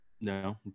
No